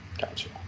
Gotcha